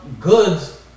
goods